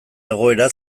egoera